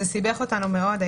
זה סיבך אותנו מאוד.